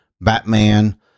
Batman